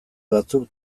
batzuk